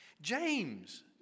James